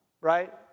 right